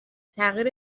تغییر